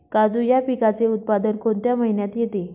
काजू या पिकाचे उत्पादन कोणत्या महिन्यात येते?